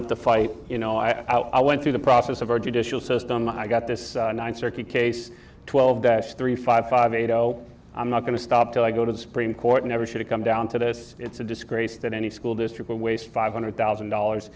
up the fight you know i went through the process of our judicial system i got this ninth circuit case twelve dash three five five eight zero i'm not going to stop till i go to the supreme court never should it come down to this it's a disgrace that any school district will waste five hundred thousand dollars